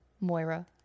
Moira